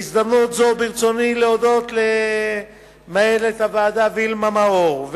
בהזדמנות זו ברצוני להודות למנהלת הוועדה וילמה מאור,